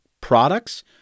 products